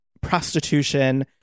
prostitution